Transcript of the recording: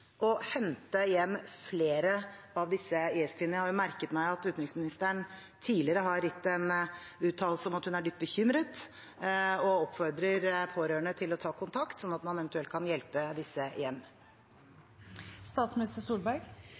å hente hjem flere av disse IS-kvinnene? Jeg har jo merket meg at utenriksministeren tidligere har gitt en uttalelse om at hun er dypt bekymret og oppfordrer pårørende til å ta kontakt, slik at man eventuelt kan hjelpe disse